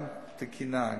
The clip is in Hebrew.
גם תקינה,